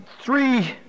three